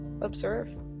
Observe